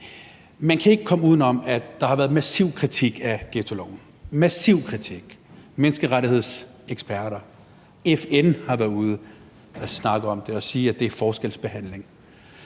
at man ikke kan komme udenom, at der har været massiv kritik af ghettoloven – massiv kritik – fra menneskerettighedseksperter, og FN har været ude at snakke om det og sige, at det er forskelsbehandling,